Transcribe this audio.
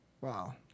Wow